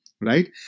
Right